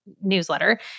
newsletter